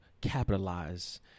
capitalize